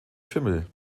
schimmel